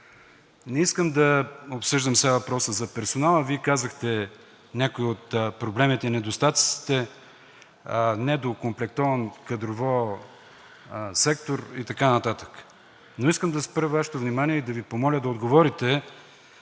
Не искам да обсъждам сега въпроса за персонала – Вие казахте някои от проблемите и недостатъците – недокомплектуван кадрово сектор и така нататък, но искам да спра Вашето внимание и да Ви помоля да отговорите